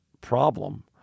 problem